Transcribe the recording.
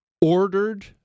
ordered